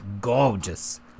gorgeous